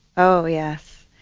oh yes.